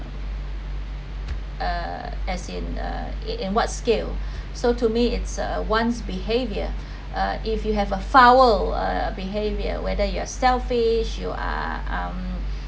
uh as in uh in in what scale so to me it's a one’s behaviour uh if you have a foul uh behaviour whether you are selfish you are um